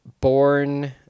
born